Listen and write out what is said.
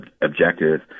objective